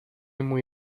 muy